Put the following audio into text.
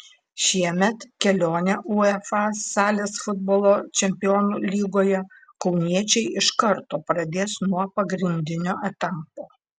šiemet kelionę uefa salės futbolo čempionų lygoje kauniečiai iš karto pradės nuo pagrindinio etapo